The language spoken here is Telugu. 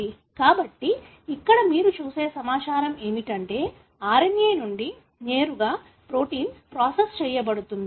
కాబట్టి ఇక్కడ మీరు చూసే సమాచారం ఏమిటంటే RNA నుంచి నేరుగా ప్రోటీన్కి ప్రాసెస్ చేయబడుతుంది